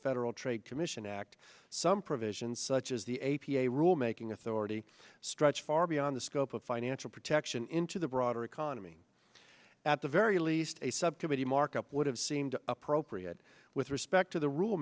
federal trade commission act some provisions such as the a p a rule making authority stretch far beyond the scope of financial protection into the broader economy at the very least a subcommittee markup would have seemed appropriate with respect to the rule